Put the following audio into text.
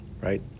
right